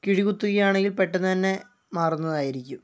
കിഴികുത്തുകയാണെങ്കിൽ പെട്ടെന്ന് തന്നെ മാറുന്നതായിരിക്കും